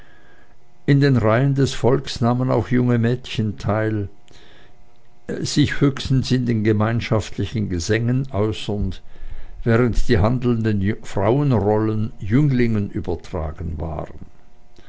in den reihen des volks nahmen auch junge mädchen teil sich höchstens in den gemeinschaftlichen gesängen äußernd während die handelnden frauenrollen jünglingen übertragen waren